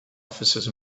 officers